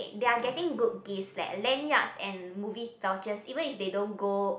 they are getting good gifts leh lanyards and movie vouchers even if they don't go